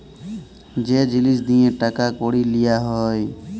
যে জিলিস দিঁয়ে টাকা কড়ি লিয়া হ্যয়